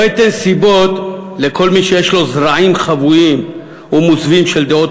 לא אתן סיבות לכל מי שיש לו זרעים חבויים ומוסווים של דעות